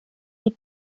les